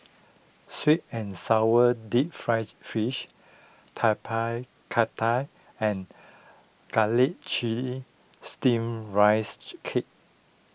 Sweet and Sour Deep Fried Fish Tapak Kata and Garlic Chives Steamed Rice Cake